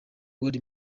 god